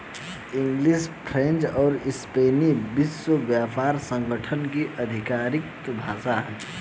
English, French और Spanish विश्व व्यापार संगठन की आधिकारिक भाषाएं है